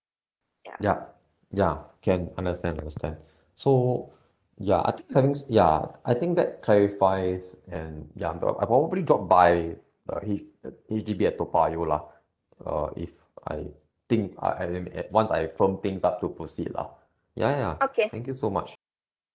yup yeah can understand understand so yeah I think having yeah I think that clarifies and ya I will probably drop by uh H uh H_D_B at toa payoh lah uh if I think uh I am at once I firm things up to proceed lah ya ya thank you so much